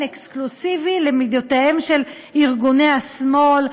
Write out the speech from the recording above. אקסקלוסיבי למידותיהם של ארגוני השמאל.